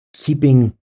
Keeping